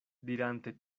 dirante